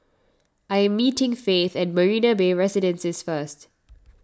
I am meeting Faith at Marina Bay Residences first